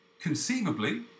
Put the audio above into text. Conceivably